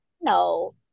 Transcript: no